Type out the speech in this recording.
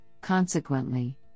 consequently